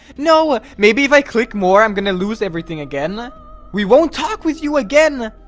no ah maybe if i click more. i'm gonna lose everything again we won't talk with you again.